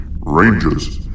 Rangers